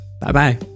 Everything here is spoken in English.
Bye-bye